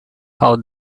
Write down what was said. how